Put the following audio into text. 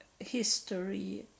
history